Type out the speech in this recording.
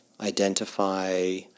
identify